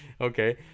okay